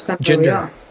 gender